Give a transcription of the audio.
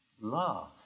love